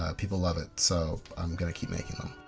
ah people love it so i'm going to keep making them.